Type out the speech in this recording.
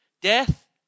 Death